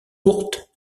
courte